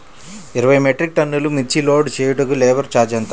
ఇరవై మెట్రిక్ టన్నులు మిర్చి లోడ్ చేయుటకు లేబర్ ఛార్జ్ ఎంత?